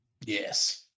Yes